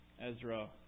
Ezra